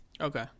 Okay